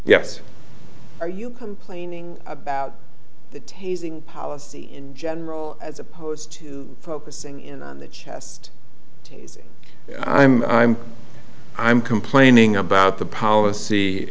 yes are you complaining about the tasing policy in general as opposed to focusing in on the chest i'm i'm i'm complaining about the policy